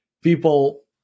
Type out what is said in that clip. people